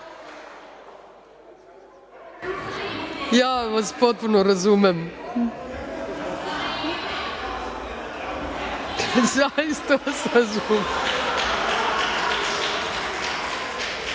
Ja vas potpuno razumem. Zaista vas razumem.